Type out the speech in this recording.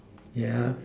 yeah